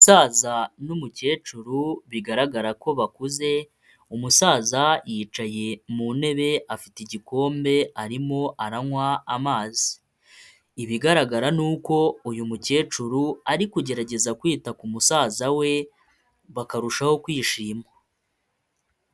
Umusaza n'umukecuru bigaragara ko bakuze, umusaza yicaye mu ntebe afite igikombe arimo aranywa amazi, ibigaragara nuko uyu mukecuru ari kugerageza kwita ku musaza we, bakarushaho kwishima.